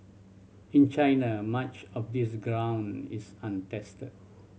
in China much of this ground is untested